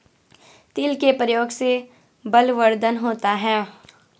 तिल के प्रयोग से बलवर्धन होता है